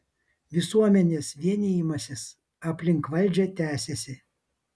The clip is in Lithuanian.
visuomenės vienijimasis aplink valdžią tęsiasi